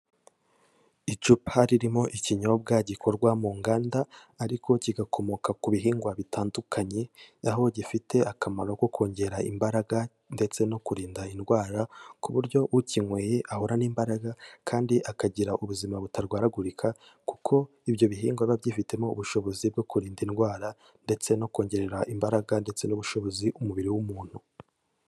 Icupa ririmo ikinyobwa gikorwa mu nganda ariko kigakomoka ku bihingwa bitandukanye, aho gifite akamaro ko kongera imbaraga ndetse no kurinda indwara ku buryo ukinyweye ahorana imbaraga kandi akagira ubuzima butarwaragurika kuko ibyo bihingwa biba byifitemo ubushobozi bwo kurinda indwara ndetse no kongerera imbaraga ndetse n'ubushobozi umubiri w'umuntu.